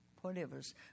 whatever's